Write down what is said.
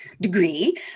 degree